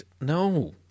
No